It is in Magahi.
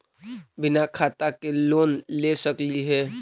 बिना खाता के लोन ले सकली हे?